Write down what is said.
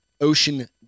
ocean